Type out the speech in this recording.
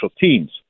teams